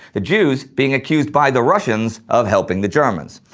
the jews being accused by the russians of helping the germans.